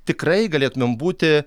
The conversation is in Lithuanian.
tikrai galėtumėm būti